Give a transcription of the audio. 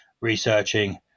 researching